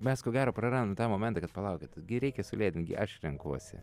mes ko gero prarandam tą momentą kad palaukit gi reikia sulėtint gi aš renkuosi